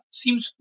seems